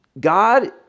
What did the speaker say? God